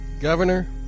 Governor